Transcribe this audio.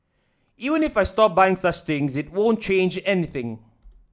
even if I stop buying such things it won't change anything